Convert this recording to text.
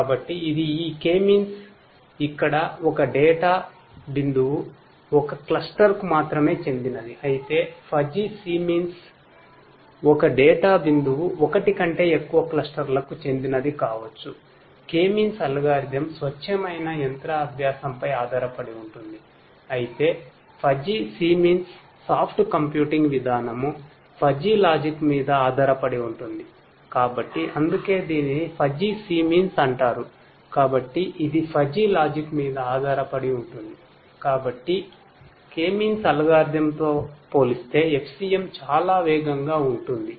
కాబట్టి ఇది ఈ K మీన్స్ తో పోలిస్తే FCM చాలా వేగంగా ఉంటుంది